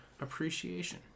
appreciation